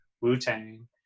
Wu-Tang